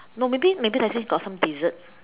no maybe maybe Tai-Seng got some dessert